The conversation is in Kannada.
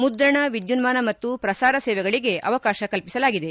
ಮುದ್ರಣ ವಿದ್ಯುನ್ನಾನ ಮತ್ತು ಪ್ರಸಾರ ಸೇವೆಗಳಿಗೆ ಅವಕಾಶ ಕಲ್ಪಿಸಲಾಗಿದೆ